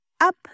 up